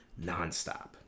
nonstop